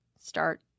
Start